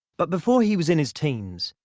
but before he was in his teens,